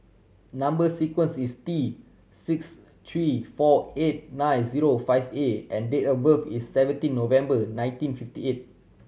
number sequence is T six three four eight nine zero five A and date of birth is seventeen November nineteen fifty eight